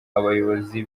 abayobozi